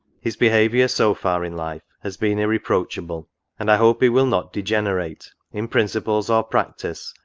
his behaviour, so far in life, has been irre proachable and i hope he will not degenerate, in principles or practice,